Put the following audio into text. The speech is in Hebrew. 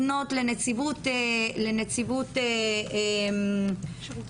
לפנות לנציבות שירות